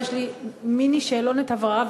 יש לי מיני-שאלונת הבהרה,